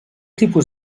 tipus